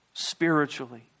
spiritually